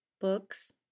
books